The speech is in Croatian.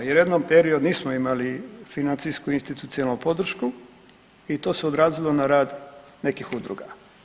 Jer u jednom periodu nismo imali financijsku institucionalnu podršku i to se odrazilo na rad nekih udruga.